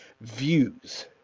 views